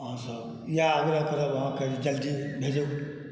अहाँ सँ इएह आग्रह करब अहाँकेॅं जे जल्दी भेजू